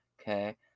okay